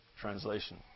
Translation